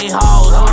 hoes